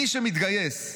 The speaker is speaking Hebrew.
מי שמתגייס,